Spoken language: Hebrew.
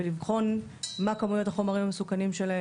ולבחון מה כמויות החומרים המסוכנים שלהם,